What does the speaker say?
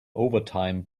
overtime